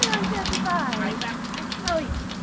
know i'm thirty-five? i baptised you. oh yes.